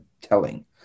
telling